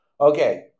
Okay